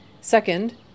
Second